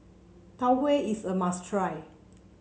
Tau Huay is a must try